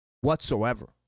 whatsoever